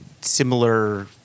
similar